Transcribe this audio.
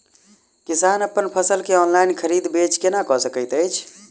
किसान अप्पन फसल केँ ऑनलाइन खरीदै बेच केना कऽ सकैत अछि?